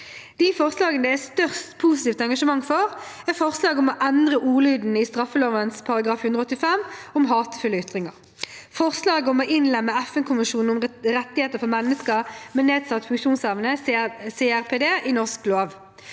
De forslagene det er størst positivt engasjement for, er forslaget om å endre ordlyden i straffeloven § 185 om hatefulle ytringer, forslaget om å innlemme FN-konvensjonen om rettigheter for mennesker med nedsatt funksjonsevne,